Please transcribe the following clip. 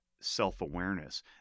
self-awareness